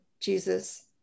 Jesus